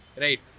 Right